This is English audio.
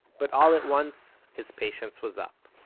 but all at once his patience was up.